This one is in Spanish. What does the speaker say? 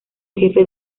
jefe